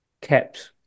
kept